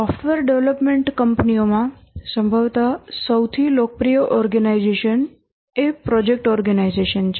software development કંપનીઓમાં સંભવત સૌથી લોકપ્રિય ઓર્ગેનાઇઝેશન એ પ્રોજેક્ટ ઓર્ગેનાઇઝેશન છે